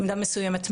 במידה מסוימת,